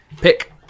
pick